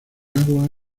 agua